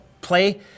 play